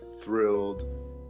thrilled